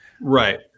right